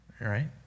right